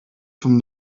from